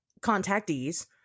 contactees